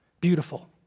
beautiful